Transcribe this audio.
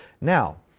Now